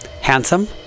handsome